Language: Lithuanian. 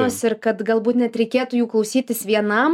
dainos kad galbūt net reikėtų jų klausytis vienam